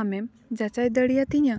ᱟᱢᱮᱢ ᱡᱟᱪᱟᱭ ᱫᱟᱲᱮᱭᱟᱛᱤᱧᱟ